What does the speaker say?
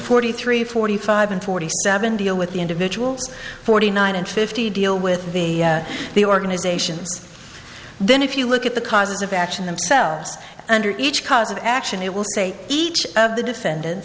forty three forty five and forty seven deal with the individuals forty nine and fifty deal with the organizations then if you look at the causes of action themselves under each cause of action it will say each of the defendant